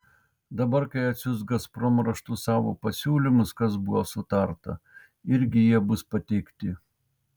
dabar kai atsiųs gazprom raštu savo pasiūlymus kas buvo sutarta irgi jie bus pateikti